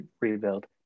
rebuild